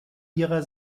ihrer